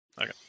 Okay